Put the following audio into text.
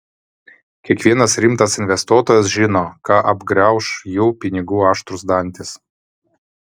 kiekvienas rimtas investuotojas žino ką apgrauš jų pinigų aštrūs dantys